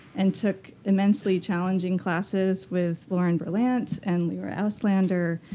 and took immensely challenging classes with lauren berlant and leora auslander.